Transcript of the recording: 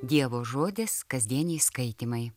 dievo žodis kasdieniai skaitymai